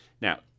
Now